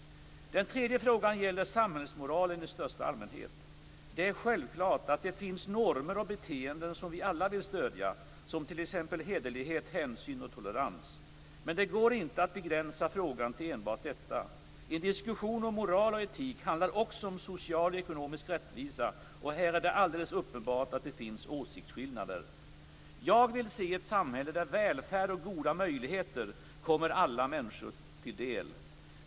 Den tredje frågan gäller samhällsmoralen i största allmänhet. Det är självklart att det finns normer och beteenden som vi alla vill stödja, som t.ex. hederlighet, hänsyn och tolerans. Men det går inte att begränsa frågan till enbart detta. En diskussion om moral och etik handlar också om social och ekonomisk rättvisa och här är det alldeles uppenbart att det finns åsiktsskillnader. Jag vill se ett samhälle där välfärd och goda möjligheter kommer alla människor till del.